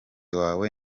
wawe